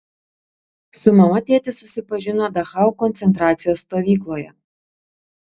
su mama tėtis susipažino dachau koncentracijos stovykloje